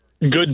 good